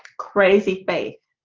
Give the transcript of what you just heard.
crazy faith,